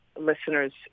listeners